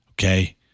Okay